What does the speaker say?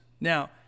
Now